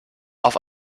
auf